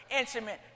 instrument